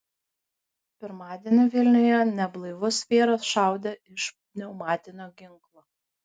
pirmadienį vilniuje neblaivus vyras šaudė iš pneumatinio ginklo